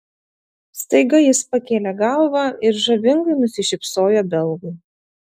staiga jis pakėlė galvą ir žavingai nusišypsojo belgui